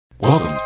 welcome